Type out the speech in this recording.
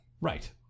Right